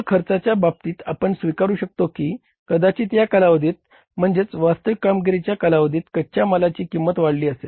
चल खर्चाच्या बाबतीत आपण स्वीकारू शकतो की कदाचित या कालावधीत म्हणजेच वास्तविक कामगिरीच्या कालावधीत कच्च्या मालाची किंमत वाढली असेल